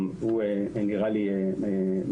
גם הוא נראה לי מיותר.